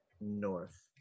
North